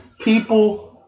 people